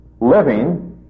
living